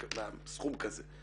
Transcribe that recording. בסכום כזה,